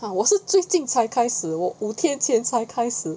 ah 我是最近才开始我五天前才开始